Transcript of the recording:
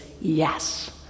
yes